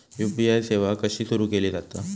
UPI सेवा कशी सुरू केली जाता?